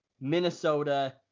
minnesota